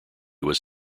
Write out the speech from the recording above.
was